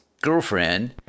girlfriend